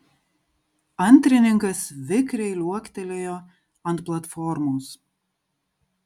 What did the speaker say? antrininkas vikriai liuoktelėjo ant platformos